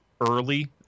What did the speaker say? early